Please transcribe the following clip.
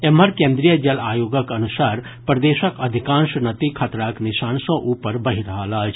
एम्हर केन्द्रीय जल आयोगक अनुसार प्रदेशक अधिकांश नदी खतराक निशान सॅ ऊपर बहि रहल अछि